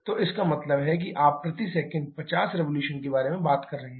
तो इसका मतलब है कि आप प्रति सेकंड 50 रिवोल्यूशन के बारे में बात कर रहे हैं